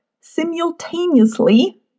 simultaneously